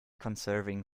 conserving